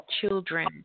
children